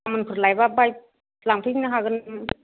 गाबोनफोर लायबा बाय लांफैनो हागोन नोङो